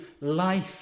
life